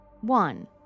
One